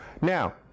Now